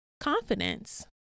confidence